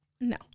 No